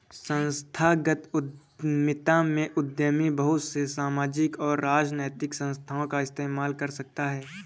संस्थागत उद्यमिता में उद्यमी बहुत से सामाजिक और राजनैतिक संस्थाओं का इस्तेमाल कर सकता है